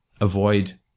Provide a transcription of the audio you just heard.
avoid